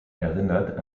erinnert